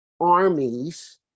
armies